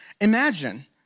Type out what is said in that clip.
Imagine